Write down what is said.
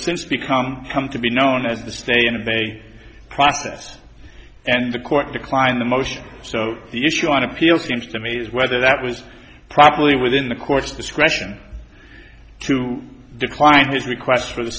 since become come to be known as the stay and they process and the court declined the motion so the issue on appeal seems to me is whether that was probably within the court's discretion to decline his request for